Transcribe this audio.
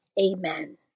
Amen